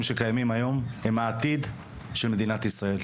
שקיימים היום הם העתיד של מדינת ישראל.